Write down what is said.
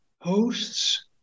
hosts